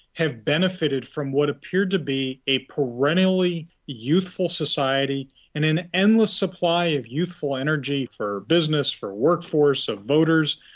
have benefited from what appeared to be a perennially youthful society in an endless supply of youthful energy for business, for workforce, of voters,